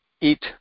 eat